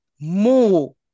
More